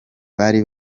bari